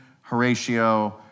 Horatio